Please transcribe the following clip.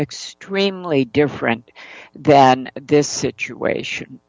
extremely different than this situation